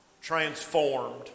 transformed